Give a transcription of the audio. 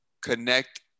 connect